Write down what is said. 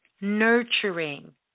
nurturing